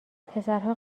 پسرها